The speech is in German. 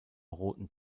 roten